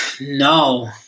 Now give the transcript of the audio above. no